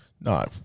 No